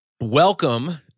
welcome